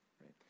right